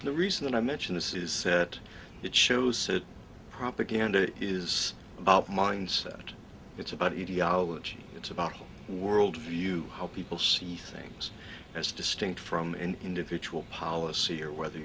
the reason i mention this is that it shows said propaganda is about mindset it's about etiology it's about world view how people see things as distinct from an individual policy or whether